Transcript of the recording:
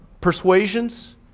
persuasions